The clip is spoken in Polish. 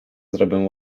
zrobią